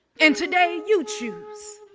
and today you choose,